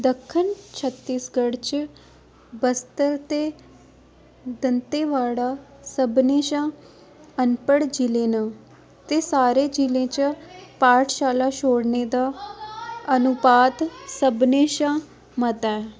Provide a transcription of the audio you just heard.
दक्खन छत्तीसगढ़ च बस्तर ते दंतेवाड़ा सभनें शा अनपढ़ जि'ले न ते सारे जि'लें च पाठशाला छोड़ने दा अनुपात सभनें शा मता ऐ